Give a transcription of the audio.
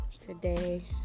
today